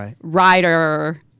writer